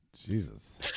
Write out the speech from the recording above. Jesus